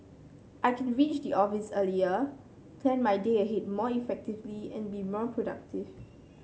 I can reach the office earlier plan my day ahead more effectively and be more productive